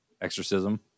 exorcism